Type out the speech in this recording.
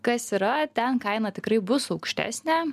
kas yra ten kaina tikrai bus aukštesnė